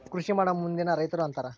ಕೃಷಿಮಾಡೊ ಮಂದಿನ ರೈತರು ಅಂತಾರ